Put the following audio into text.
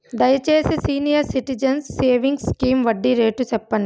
దయచేసి senior citizens savings scheme వడ్డీ రేటు సెప్పండి